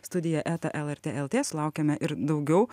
studija eta lrt lt sulaukėme ir daugiau